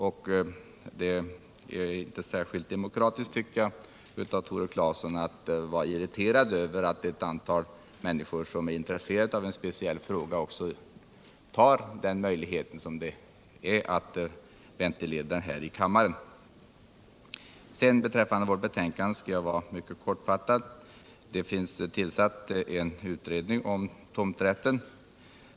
Det är inte särskilt demokratiskt, tycker Jag, av Tore Claeson att vara irriterad över att ett antal människor som är intresserade av en speciell fråga också tar den möjlighet som finns att ventilera den här i kammaren. | När det gäller vårt betänkande skall jag fatta mig mycket kort. Det finns en utredning tillsatt som skall handha tomträttsfrågor.